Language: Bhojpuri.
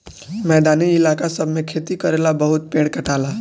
मैदानी इलाका सब मे खेती करेला बहुते पेड़ कटाला